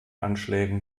anschlägen